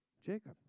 Jacob